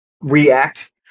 react